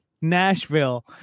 Nashville